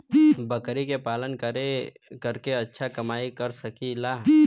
बकरी के पालन करके अच्छा कमाई कर सकीं ला?